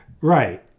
Right